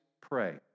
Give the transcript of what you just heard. pray